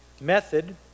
method